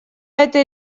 этой